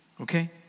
Okay